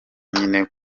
nyine